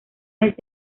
mes